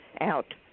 out